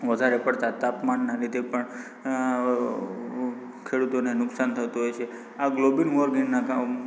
વધારે પડતા તાપમાનના લીધે પણ ખેડૂતોને નુકસાન થતું હોય છે આ ગ્લોબલ વોર્મિંગના કારણે